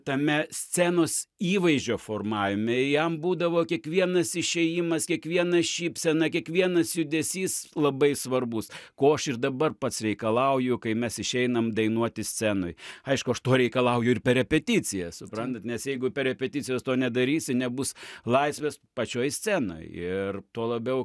tame scenos įvaizdžio formavime jam būdavo kiekvienas išėjimas kiekviena šypsena kiekvienas judesys labai svarbus ko aš ir dabar pats reikalauju kai mes išeinam dainuoti scenoj aišku aš to reikalauju ir per repeticijas suprantat nes jeigu per repeticijas to nedarysi nebus laisvės pačioj scenoj ir tuo labiau